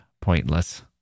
pointless